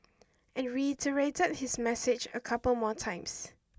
and reiterated his message a couple more times